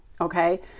okay